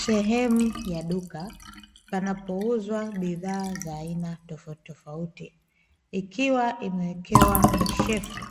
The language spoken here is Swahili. Sehemu ya duka panapouzwa bidhaa za aina tofautitofauti, ikiwa imewekewa mashelfu